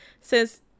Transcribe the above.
says